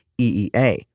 EEA